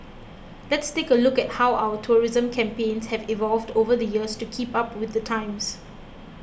let's take a look at how our tourism campaigns have evolved over the years to keep up with the times